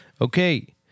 Okay